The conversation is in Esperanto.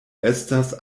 estas